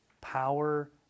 power